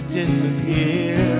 disappear